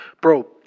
bro